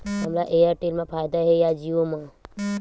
हमला एयरटेल मा फ़ायदा हे या जिओ मा?